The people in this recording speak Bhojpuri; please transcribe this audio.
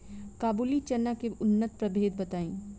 काबुली चना के उन्नत प्रभेद बताई?